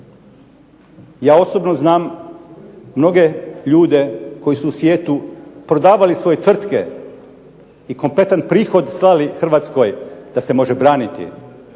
Ja osobno znam mnoge ljude koji su u svijetu prodavali svoje tvrtke i kompletan prihod slali Hrvatskoj da se može braniti.